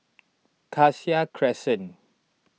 Cassia Crescent